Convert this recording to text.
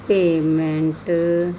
payment